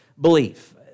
belief